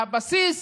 והבסיס,